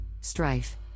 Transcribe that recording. strife